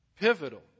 Pivotal